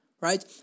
Right